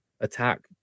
attack